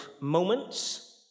moments